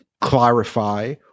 clarify